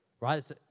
Right